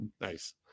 Nice